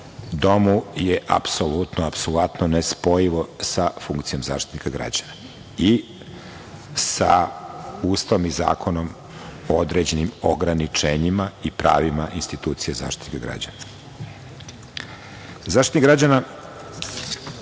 domu, apsolutno, apsolutno nespojivo sa funkcijom Zaštitnika građana i sa Ustavom i zakonom o određenim ograničenjima i pravima institucije Zaštitnika građana.Zaštitnik građana